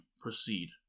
Proceed